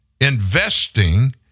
Investing